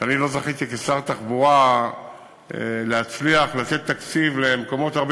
שאני לא זכיתי כשר התחבורה להצליח לתת תקציב למקומות הרבה